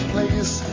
place